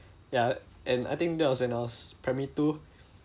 ya and I think that was when I was primary two